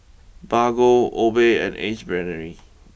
Bargo Obey and Ace Brainery